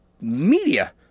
media